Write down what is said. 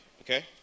okay